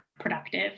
productive